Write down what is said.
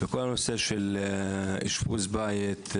כל הנושא של אשפוז בית,